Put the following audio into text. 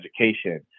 Education